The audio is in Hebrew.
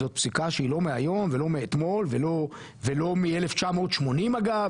זאת פסיקה שהיא לא מהיום ולא מאתמול ולא מ- 1980 אגב,